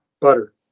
Butter